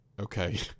okay